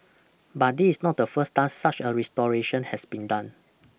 but this not the first time such a restoration has been done